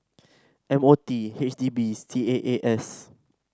M O T H D B C A A S